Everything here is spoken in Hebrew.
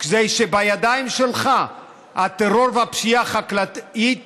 כדי שבידיים שלך הטרור והפשיעה החקלאית